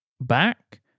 back